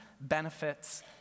benefits